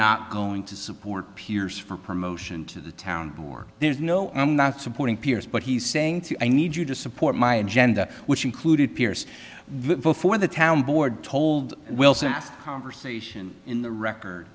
not going to support piers for promotion to the town or there's no i'm not supporting piers but he's saying to i need you to support my agenda which included piers before the town board told wilson asked conversation in the record